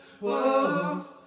Whoa